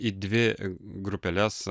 į dvi grupeles